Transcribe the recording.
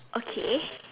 okay